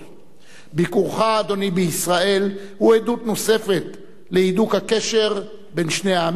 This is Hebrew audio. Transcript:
בישראל הוא עדות נוספת להידוק הקשר בין שני העמים ובין שתי המדינות.